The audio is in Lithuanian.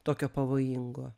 tokio pavojingo